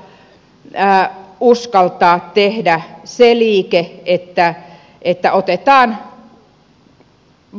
nyt pitäisi todella uskaltaa tehdä se liike että otetaan